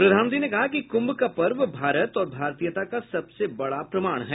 प्रधानमंत्री ने कहा कि कुंभ का पर्व भारत और भारतीयता का सबसे बड़ा प्रमाण है